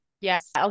Yes